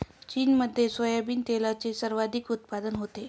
चीनमध्ये सोयाबीन तेलाचे सर्वाधिक उत्पादन होते